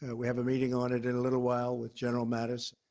we have a meeting on it in a little while with general mattis.